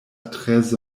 treize